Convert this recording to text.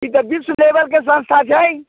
ई तऽ विश्व लेवलके संस्था छै